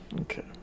Okay